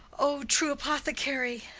o true apothecary!